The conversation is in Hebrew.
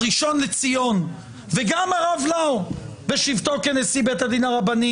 הראשון לציון וגם הרב לאו (בשבתו כנשיא בית הדין הרבני)